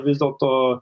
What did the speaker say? vis dėl to